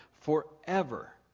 forever